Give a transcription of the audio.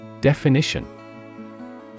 Definition